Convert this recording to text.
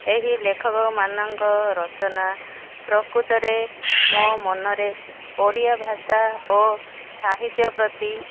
ଏହି ଲେଖକମାନଙ୍କ ରଚନା ପ୍ରକୃତରେ ମୋ ମନରେ ଓଡ଼ିଆ ଭାଷା ଓ ସାହିତ୍ୟ ପ୍ରତି